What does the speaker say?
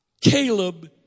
Caleb